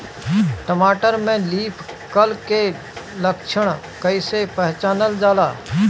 टमाटर में leaf curl के लक्षण कइसे पहचानल जाला?